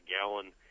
gallon